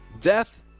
Death